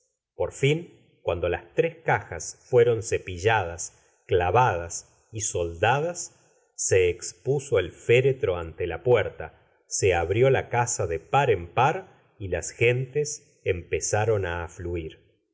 por fin cuando las tres cajas fueron cepilladas clavadas y soldadas se expuso el féretro ante la puerta se abrió la casa de de par en par y las gentes empezaron á afluir